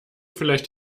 vielleicht